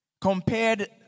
Compared